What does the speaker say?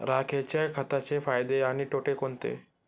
राखेच्या खताचे फायदे आणि तोटे कोणते?